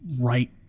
right